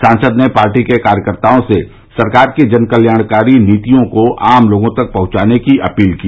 सांसद ने पार्टी के कार्यकर्ताओं से सरकार की जन कल्याणकारी नीतियों को आम लोगों तक पहुंचाने की अपील की